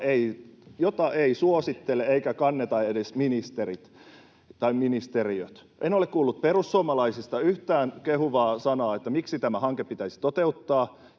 jota eivät suosittele eivätkä kannata edes ministeriöt? En ole kuullut perussuomalaisista yhtään kehuvaa sanaa, miksi tämä hanke pitäisi toteuttaa.